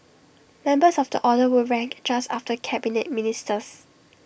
members of the order were ranked just after Cabinet Ministers